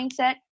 mindset